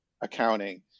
accounting